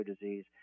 disease